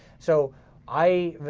so i,